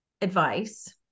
advice